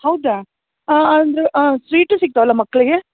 ಹೌದಾ ಅಂದರೆ ಸ್ವೀಟು ಸಿಗ್ತಾವಲ್ಲ ಮಕ್ಕಳಿಗೆ